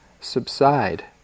subside